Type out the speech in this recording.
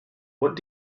what